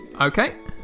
Okay